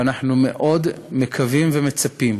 ואנחנו מאוד מקווים ומצפים